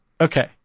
Okay